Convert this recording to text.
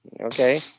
okay